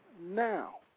now